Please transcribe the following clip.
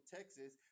Texas